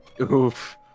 Oof